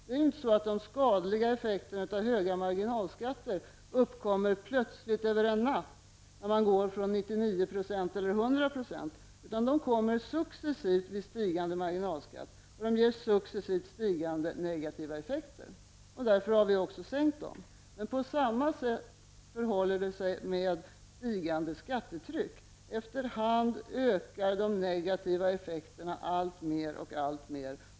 Det är inte så att de skadliga effekterna av höga marginalskatter uppkommer plötsligt över en natt när man går från 99 % eller 100 %, utan de kommer successivt vid stigande marginalskatt, och de ger successivt stigande negativa effekter. Därför har vi också sänkt dem. Men det förhåller sig på samma sätt med stigande skattetryck. Efter hand ökar de negativa effekterna mer och mer.